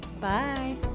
bye